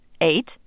eight